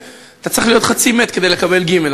אתה צריך להיות חצי מת כדי לקבל גימל,